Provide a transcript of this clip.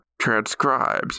transcribes